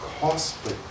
costly